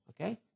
okay